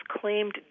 claimed